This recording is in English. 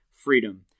Freedom